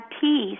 peace